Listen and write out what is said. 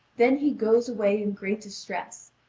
then he goes away in great distress,